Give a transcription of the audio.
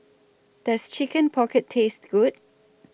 Does Chicken Pocket Taste Good